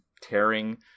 tearing